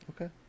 okay